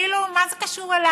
כאילו, מה זה קשור אליי?